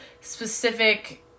specific